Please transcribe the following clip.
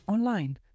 Online